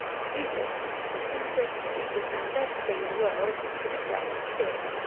to do this, the simplest, cheapest and best thing in the world is a cleft stick.